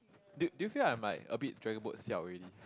do do you feel like I'm a bit dragon boat siao already